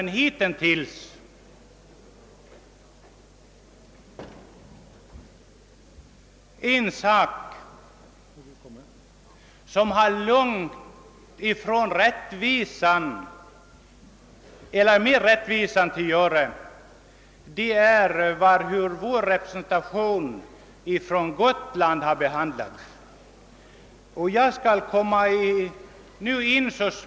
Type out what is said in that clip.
Jag skall ta upp en fråga som berör rättviseaspekten i detta sammanhang, nämligen behandlingen av Gotlands representation i riksdagen.